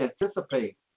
anticipate